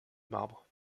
marbre